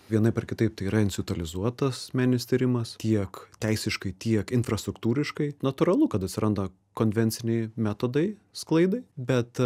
vienaip ar kitaip tai yra institutalizuotas meninis tyrimas tiek teisiškai tiek infrastruktūriškai natūralu kad atsiranda konvensiniai metodai sklaidai bet